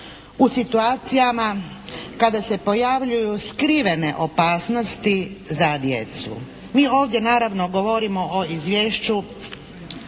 u situacijama kada se pojavljuju skrivene opasnosti za djecu. Mi ovdje naravno govorimo o Izvješću